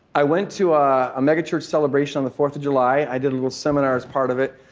i went to ah a megachurch celebration on the fourth of july. i did a little seminar as part of it.